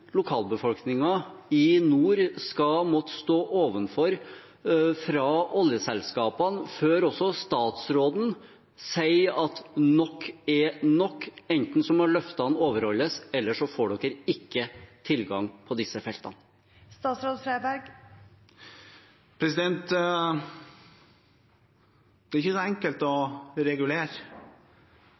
i nord skal måtte stå overfor fra oljeselskapene før også statsråden sier at nok er nok – at enten må løftene overholdes, eller så får de ikke tilgang til disse feltene? Det er ikke så enkelt å regulere